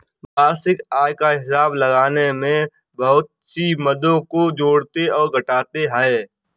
वार्षिक आय का हिसाब लगाने में बहुत सी मदों को जोड़ते और घटाते है